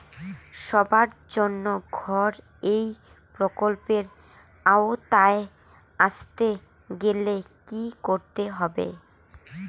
সবার জন্য ঘর এই প্রকল্পের আওতায় আসতে গেলে কি করতে হবে?